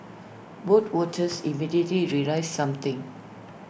but voters immediately realised something